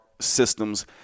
systems